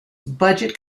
budget